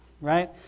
Right